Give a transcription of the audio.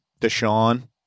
Deshaun